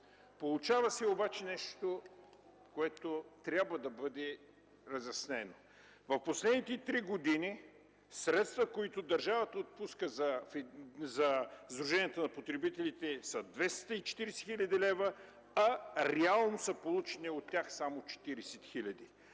Получава се обаче нещо, което трябва да бъде разяснено. В последните три години средствата, които държавата отпуска за сдруженията на потребителите са 240 000 лв., а от тях реално са получени само 40 000.